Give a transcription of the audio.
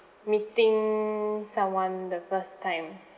meeting someone the first time